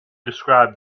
described